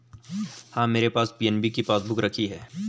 हाँ, मेरे पास पी.एन.बी की पासबुक रखी है